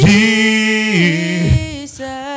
Jesus